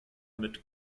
mit